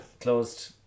closed